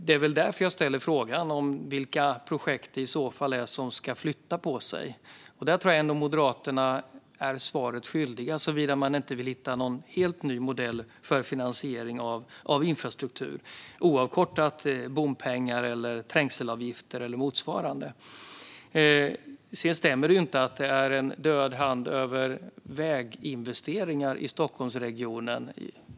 Det är därför jag ställer frågan om vilka projekt som i så fall ska flytta på sig. Där tror jag att Moderaterna är svaret skyldiga, såvida man inte vill hitta någon helt ny modell för finansiering av infrastruktur, oavsett bompengar, trängselavgifter eller motsvarande. Det stämmer inte att det ligger en död hand över väginvesteringar i Stockholmsregionen.